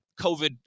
COVID